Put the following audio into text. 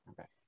Okay